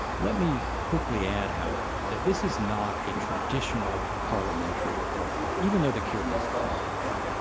let me quickly add however, that this is not a traditional parliamentary republic, even though the kyrgyz call it that.